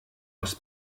aus